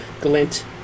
glint